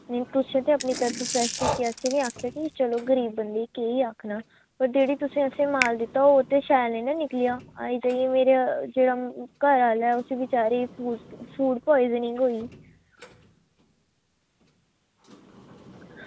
नेईं तुसें ते अपना जेह्ड़ा तरफा तुसें आखेआ चलो गरीब बंदे गी केह् आखना ओह् जेह्ड़ी तुसें असें माल दित्ता ओह् ते शैल नेईं ना निकलेआ अजें ते इ'यां मेरे जेह्ड़ा घर आह्ला उसी बेचारा गी फूड पाइजनिंग होई गेई